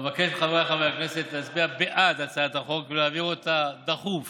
אבקש מחבריי חברי הכנסת להצביע בעד הצעת החוק ולהעביר אותה דחוף